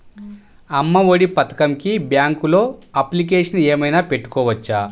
అమ్మ ఒడి పథకంకి బ్యాంకులో అప్లికేషన్ ఏమైనా పెట్టుకోవచ్చా?